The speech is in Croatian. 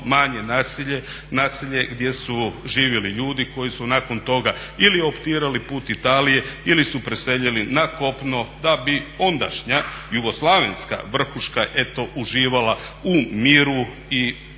naselje, naselje gdje su živjeli ljudi koji su nakon toga ili optirali put Italije ili su preselili na kopno da bi ondašnja jugoslavenska vrhuška eto uživala u miru i